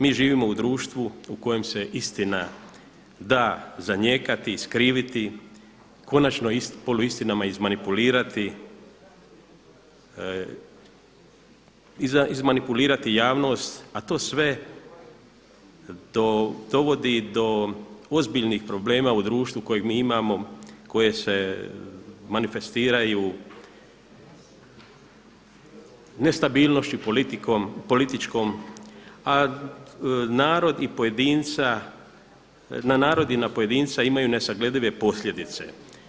Mi živimo u društvu u kojem se istina da zanijekati, iskriviti, konačno poluistinama izmanipulirati javnost a to sve dovodi do ozbiljnih problema u društvu kojeg mi imamo koje se manifestiraju nestabilnošću i političkom a narod i pojedinca, na narod i na pojedinca imaju nesagledive posljedice.